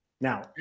Now